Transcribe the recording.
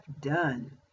done